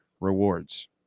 rewards